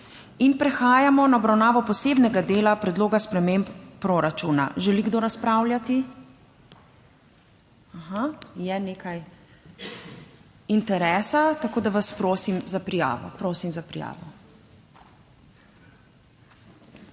Prehajamo na obravnavo posebnega dela predloga sprememb proračuna. Želi kdo razpravljati? Aha, je nekaj interesa, tako da vas prosim za prijavo.